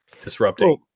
disrupting